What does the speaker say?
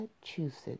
Massachusetts